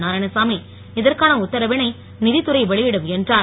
நாராயணசாமி இதற்கான உத்தரவினை நீதித்துறை வெளியிடும் என்றார்